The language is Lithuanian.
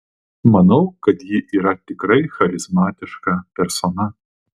manau kad ji yra tikrai charizmatiška persona